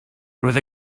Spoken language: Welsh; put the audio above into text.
roedd